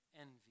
envy